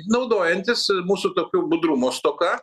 naudojantis mūsų tokiu budrumo stoka